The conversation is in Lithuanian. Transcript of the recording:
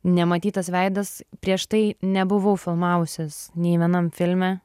nematytas veidas prieš tai nebuvau filmavusis nei vienam filme